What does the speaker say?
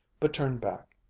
but turned back.